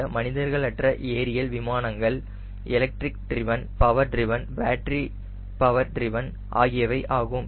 இந்த மனிதர்கள் அற்ற ஏரியல் வாகனங்கள் electric driven power driven battery power driven ஆகியவை ஆகும்